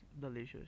delicious